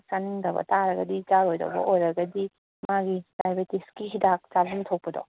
ꯆꯥꯅꯤꯡꯗꯕ ꯇꯥꯔꯒꯗꯤ ꯆꯥꯔꯣꯏꯗꯧꯕ ꯑꯣꯏꯔꯒꯗꯤ ꯃꯥꯒꯤ ꯗꯥꯏꯕꯦꯇꯤꯁꯀꯤ ꯍꯤꯗꯥꯛ ꯆꯥꯐꯝ ꯊꯣꯛꯄꯗꯣ